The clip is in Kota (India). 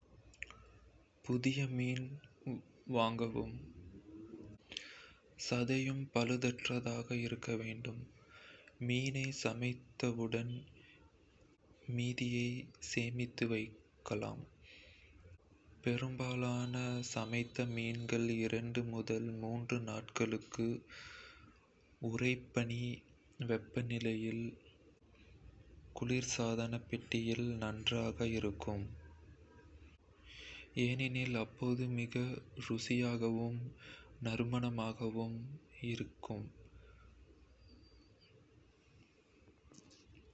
புதிய மீன் வாங்கவும் சதையும் பழுதற்றதாக இருக்க வேண்டும். மீனை சமைத்தவுடன், மீதியை சேமித்து வைக்கலாம். பெரும்பாலான சமைத்த மீன்கள் இரண்டு முதல் மூன்று நாட்களுக்கு உறைபனி வெப்பநிலையில் குளிர்சாதன பெட்டியில் நன்றாக இருக்கும்.